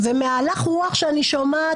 מהלך הרוח שאני שומעת,